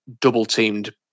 double-teamed